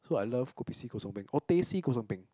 so I love kopi C kosong peng or teh C kosong peng